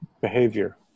behavior